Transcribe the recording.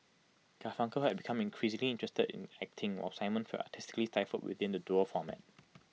Garfunkel had become increasingly interested in acting while simon felt artistically stifled within the duo format